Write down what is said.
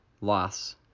loss